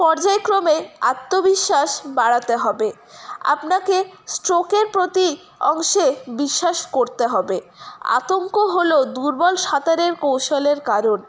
পর্যায়ক্রমে আত্মবিশ্বাস বাড়াতে হবে আপনাকে স্ট্রোকের প্রতি অংশে বিশ্বাস করতে হবে আতঙ্ক হল দুর্বল সাঁতারের কৌশলের কারণ